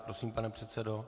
Prosím, pane předsedo.